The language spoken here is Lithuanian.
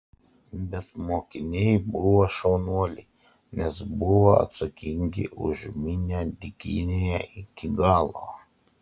bet mokiniai buvo šaunuoliai nes buvo atsakingi už minią dykynėje iki galo